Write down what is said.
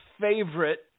favorite